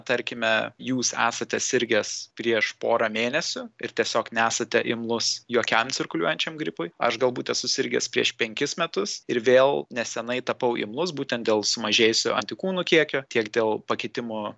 tarkime jūs esate sirgęs prieš porą mėnesių ir tiesiog nesate imlus jokiam cirkuliuojančiam gripui aš galbūt esu sirgęs prieš penkis metus ir vėl nesenai tapau imlus būtent dėl sumažėjusio antikūnų kiekio tiek dėl pakitimų